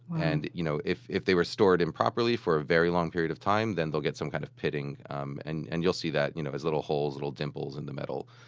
and you know if if they were stored improperly for a very long period of time, then they'll get some kind of pitting. um and and you'll see that you know as little holes, little dimples in the metal.